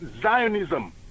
zionism